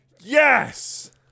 Yes